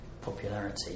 popularity